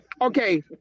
Okay